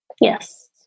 Yes